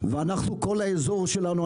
כל האזור שלנו,